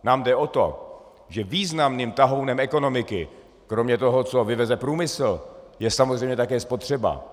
Nám jde o to, že významným tahounem ekonomiky, kromě toho, co vyveze průmysl, je samozřejmě také spotřeba.